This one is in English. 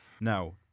Now